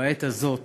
בעת הזאת